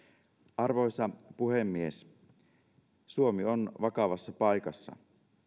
arvoisa puhemies suomi on vakavassa paikassa